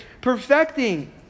perfecting